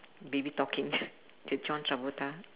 baby talking t~ to john travolta